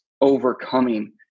overcoming